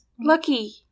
Lucky